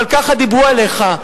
אבל ככה דיברו עליך.